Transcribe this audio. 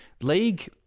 league